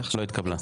לא התקבלה.